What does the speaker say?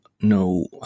no